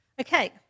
Okay